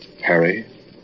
Harry